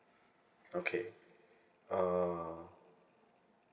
okay err